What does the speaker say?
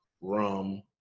rum